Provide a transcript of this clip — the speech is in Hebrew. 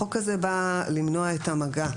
החוק הזה בא למנוע את המגע,